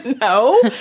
No